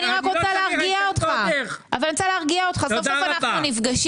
אני רק רוצה להרגיע אותך כי סוף סוף אנחנו נפגשים.